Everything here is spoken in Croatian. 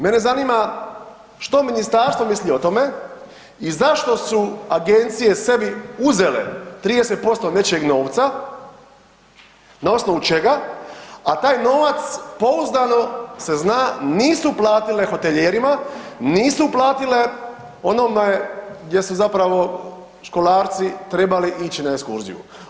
Mene zanima što ministarstvo misli o tome i zašto su agencije sebi uzele 30% nečijeg novca, na osnovu čega, a taj novac pouzdano se zna nisu uplatile hoteljerima, nisu uplatile onome gdje su zapravo školarci trebali ići na ekskurziju.